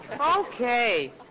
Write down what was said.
Okay